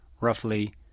roughly